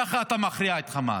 כך אתה מכריע את חמאס.